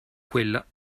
quella